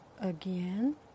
again